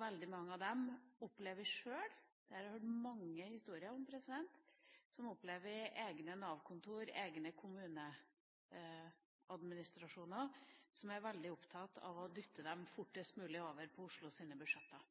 Veldig mange av dem opplever sjøl – det har jeg hørt mange historier om – at egne Nav-kontorer og egne kommuneadministrasjoner er veldig opptatt av å dytte dem fortest mulig over på Oslos budsjetter,